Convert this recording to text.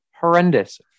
horrendous